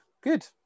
good